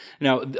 Now